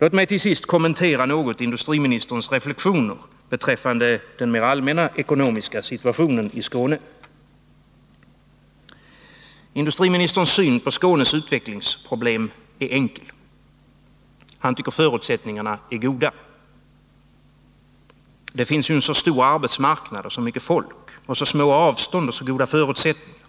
Låt mig till sist något kommentera industriministerns reflexioner beträffande den mer allmänna ekonomiska situationen i Skåne. Industriministerns syn på Skånes utvecklingsproblem är enkel. Han tycker förutsättningarna är goda. Där finns ju en så stor arbetsmarknad och så mycket folk, så små avstånd och så goda förutsättningar.